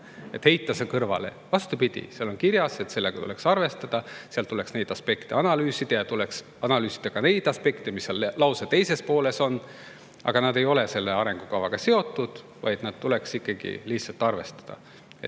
heita kõrvale. Vastupidi, seal on kirjas, et sellega tuleks arvestada, seal tuleks neid aspekte analüüsida ja tuleks analüüsida ka neid aspekte, mis on seal lause teises pooles. Aga need ei ole selle arengukavaga seotud, vaid neid tuleks ikkagi lihtsalt arvestada.